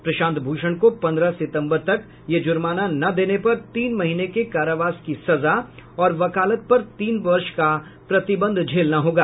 प्रशांत भूषण को पंद्रह सितंबर तक यह जुर्माना न देने पर तीन महीने के कारावास की सजा और वकालत पर तीन वर्ष का प्रतिबंध झेलना होगा